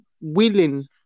willing